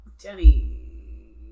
Jenny